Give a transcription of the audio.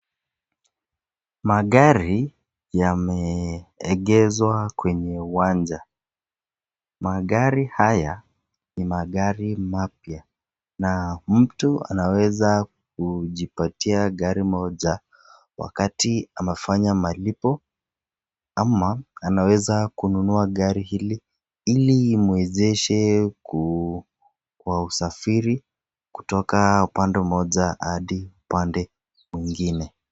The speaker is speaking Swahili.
Magari yameegezwa kwenye uwanja magari haya ni magari mapya na mtu anaweza kujipatia gari moja wakati amefanya malipo ama anaweza kununua gari hili ili imwezeshe kwa usafiri kutoka upande moja hadi upande mwingine.